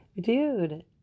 Dude